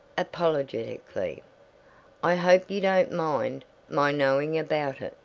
apologetically i hope you don't mind my knowing about it,